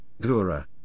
Gura